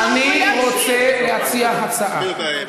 אני רוצה להציע הצעה.